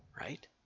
right